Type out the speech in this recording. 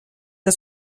que